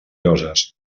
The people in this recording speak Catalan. lloses